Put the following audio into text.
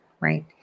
right